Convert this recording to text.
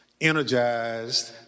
energized